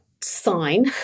sign